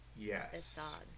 Yes